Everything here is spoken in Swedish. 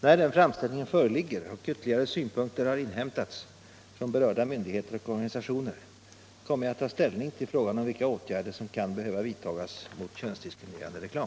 När den framställningen föreligger och ytterligare synpunkter har inhämtats från berörda myndigheter och organisationer kommer jag att ta ställning till frågan om vilka åtgärder som kan behöva vidtagas mot könsdiskriminerande reklam.